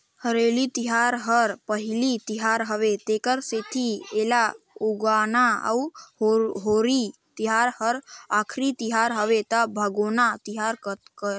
हरेली तिहार हर पहिली तिहार हवे तेखर सेंथी एला उगोना अउ होरी तिहार हर आखरी तिहर हवे त भागोना तिहार कहथें